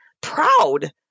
proud